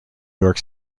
york